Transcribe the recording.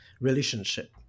relationship